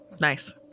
Nice